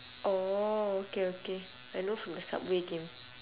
oh okay okay I know from the subway game